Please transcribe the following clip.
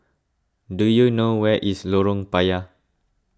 do you know where is Lorong Payah